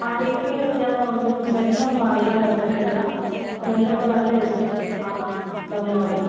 ആ ടേസ്റ്റ് വ്യത്യാസം ഉണ്ട് സ്മെല്ലൊന്നും അറിയാൻ പറ്റുന്നില്ല സ്മെല്ലൊക്കെ നല്ല വ്യത്യാസം ആ വന്നു തുടങ്ങി